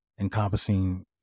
encompassing